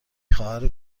خواهر